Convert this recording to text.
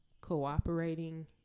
cooperating